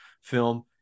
film